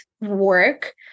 work